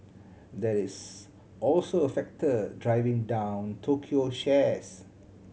that is also a factor driving down Tokyo shares